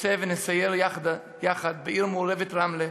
נצא ונסייר יחד בעיר המעורבת רמלה.